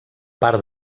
part